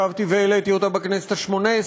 שבתי והעליתי אותה בכנסת השמונה-עשרה,